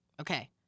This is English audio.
okay